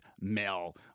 Mel